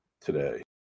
today